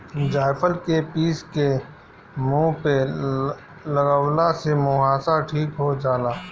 जायफल के पीस के मुह पे लगवला से मुहासा ठीक हो जाला